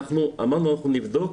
אמרנו שנבדוק,